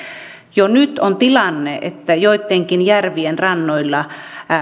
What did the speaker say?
jo nyt on tilanne että joittenkin järvien rannoilla